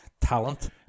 talent